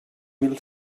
mil